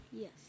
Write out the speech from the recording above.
yes